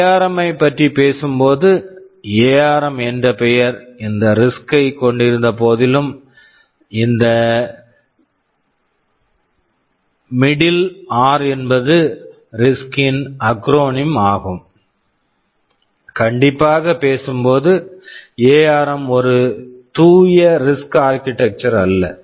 ARM ARM ஐப் பற்றி பேசும் பொழுது எஆர்ம் ARM என்ற பெயர் இந்த ரிஸ்க் RISC ஐ கொண்டிருந்த போதிலும் இந்த மிடில் middle ஆர் R என்பது ரிஸ்க் RISC ன் அக்ரோனிம் acronym ஆகும் கண்டிப்பாக பேசும் போது எஆர்ம் ARM ஒரு தூய ரிஸ்க் RISC ஆர்க்கிடெக்சர் architecture அல்ல